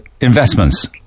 investments